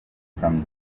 from